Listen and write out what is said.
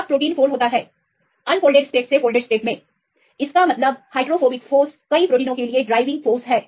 जब protein fold होता है अनफोल्डेड स्टेट से फोल्डेड स्टेट में इसका मतलब है हाइड्रोफोबिक फोर्स कई प्रोटीनों के लिए प्रेरक शक्ति है